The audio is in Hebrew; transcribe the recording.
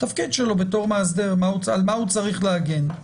והתפקיד שלו בתור מאסדר הוא על מה הוא צריך להגן,